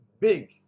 big